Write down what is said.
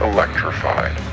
Electrified